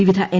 വിവിധ എൻ